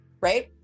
Right